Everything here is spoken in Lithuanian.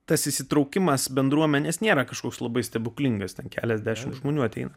tas įsitraukimas bendruomenės nėra kažkoks labai stebuklingas ten keliasdešimt žmonių ateina